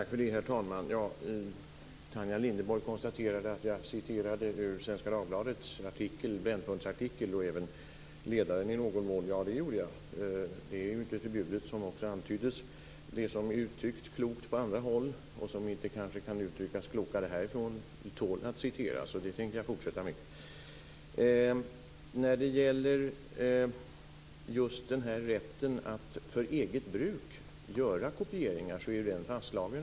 Herr talman! Tanja Linderborg konstaterade att jag citerade ur Svenska Dagbladets Brännpunktsartikel och även från ledaren i någon mån. Ja, det gjorde jag. Det är ju inte förbjudet, som också antyddes. Det som uttrycks klokt på annat håll, och som kanske inte kan uttryckas klokare härifrån, tål att citeras. Det tänker jag fortsätta med. Den här rätten att för eget bruk göra kopieringar är ju redan fastslagen.